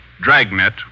Dragnet